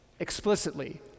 explicitly